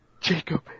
Jacob